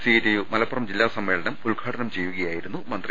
CI ടിയു Malappuram ജില്ലാ സമ്മേളനം ഉദ്ഘാടനം ചെയ്യുകയായിരുന്നു മന്ത്രി